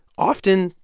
often,